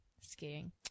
skiing